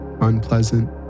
Unpleasant